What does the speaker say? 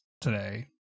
today